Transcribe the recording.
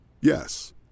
Yes